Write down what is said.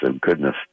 goodness